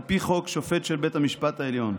על פי חוק, שופט של בית המשפט העליון.